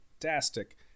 fantastic